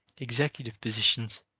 executive positions,